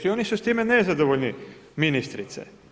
I oni su s time nezadovoljni ministrice.